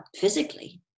physically